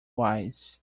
wise